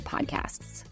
Podcasts